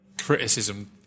criticism